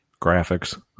Graphics